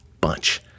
bunch